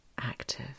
active